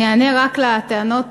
אני אענה רק על הטענות,